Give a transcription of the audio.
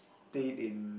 stayed in